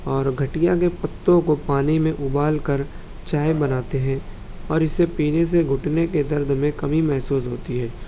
اور گٹھیا کے پتوں کو پانی میں ابال کر چائے بناتے ہیں اور اسے پینے سے گھٹنے کے درد میں کمی محسوس ہوتی ہے